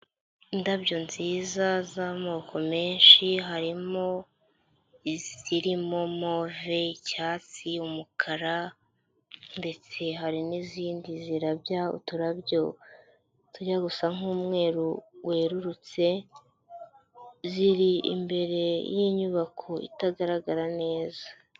Indabyo nziza z'amoko menshi, harimo izirimo move, icyatsi, umukara, ndetse hari n'izindi zirabya uturabyo tujya gusa nk'umweru werurutse, ziri imbere y'inyubako itagaragara neza.